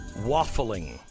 waffling